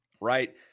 right